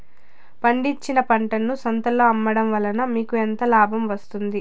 పండించిన పంటను సంతలలో అమ్మడం వలన మీకు ఎంత లాభం వస్తుంది?